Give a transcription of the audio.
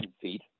feet